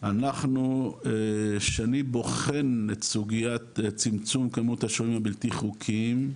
אנחנו שאני בוחן את סוגיית צמצום כמות השוהים הבלתי חוקיים,